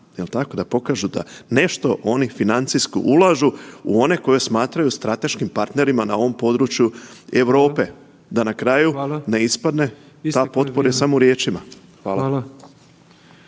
da pokažu da nešto oni financijski ulažu u one koje smatraju strateškim partnerima na ovom području Europe da na kraju …/Upadica: Hvala,